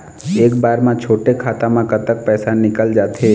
एक बार म छोटे खाता म कतक पैसा निकल जाथे?